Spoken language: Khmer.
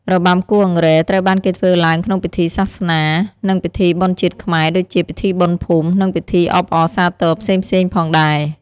របាំគោះអង្រែ ត្រូវបានគេធ្វើឡើងក្នុងពិធីសាសនានា និង ពិធីបុណ្យជាតិខ្មែរ ដូចជា ពិធីបុណ្យភូមិ និងពិធីអបអរសាទរផ្សេងៗផងដែរ។